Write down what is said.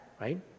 Right